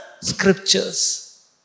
scriptures